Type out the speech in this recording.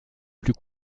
plus